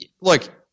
Look